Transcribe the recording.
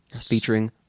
featuring